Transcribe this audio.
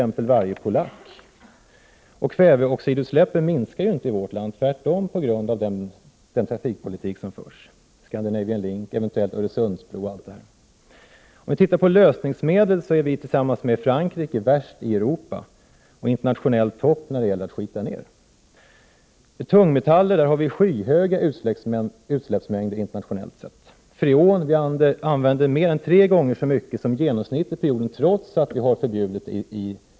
Trots detta dödas ett djur varje minut i vårt land i samband med, ofta fullständigt onödiga, djurförsök. Trots detta tillhör vi i Sverige dem som förbrukar mest naturresurser per capita bland världens nationer. Skulle jordens drygt 5 miljarder människor konsumera naturresurser som vi svenskar gör, skulle jorden gå mot en ekologisk kollaps under loppet av några få år.